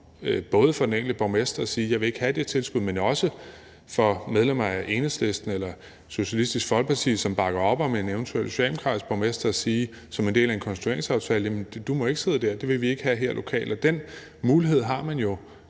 det jo den enkelte borgmester helt frit for at sige: Jeg vil ikke have det tilskud. Men det gør det også for medlemmer af Enhedslisten eller Socialistisk Folkeparti, som bakker op om en eventuelt socialdemokratisk borgmester, i forhold til at sige, som en del af en konstitueringsaftale: Jamen du må ikke sidde der, det vil vi ikke have her lokalt. Den mulighed har man jo